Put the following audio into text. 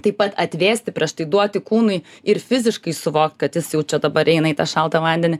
taip pat atvėsti prieš tai duoti kūnui ir fiziškai suvokt kad jis jau čia dabar eina į tą šaltą vandenį